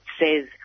says